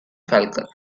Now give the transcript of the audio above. falcon